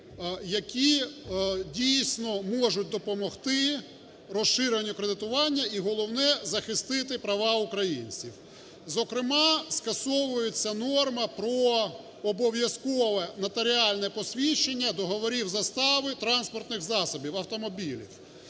які, дійсно, можуть допомогти розширенню кредитування і головне – захистити права українців. Зокрема скасовується норма про обов'язкове нотаріальне посвідчення договорів застави транспортних засобів, автомобілів.